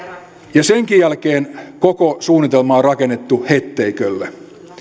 ja senkin jälkeen koko suunnitelma on rakennettu hetteikölle